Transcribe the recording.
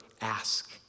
ask